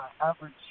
average